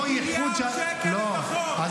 מיליארד